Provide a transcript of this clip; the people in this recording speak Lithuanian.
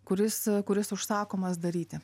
kuris kuris užsakomas daryti